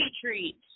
treats